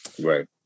Right